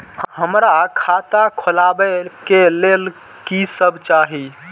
हमरा खाता खोलावे के लेल की सब चाही?